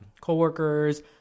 co-workers